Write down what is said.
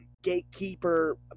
gatekeeper